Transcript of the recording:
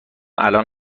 الان